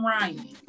Ryan